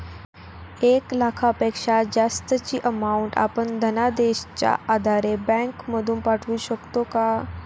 एक लाखापेक्षा जास्तची अमाउंट आपण धनादेशच्या आधारे बँक मधून पाठवू शकतो का?